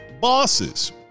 bosses